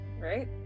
right